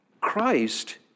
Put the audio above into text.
Christ